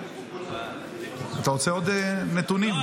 אתה רוצה עוד נתונים?